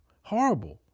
Horrible